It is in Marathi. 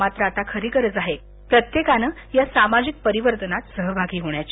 मात्र आता खरी गरज आहे प्रत्येकानं या सामाजिक परिवर्तनात सहभागी होण्याची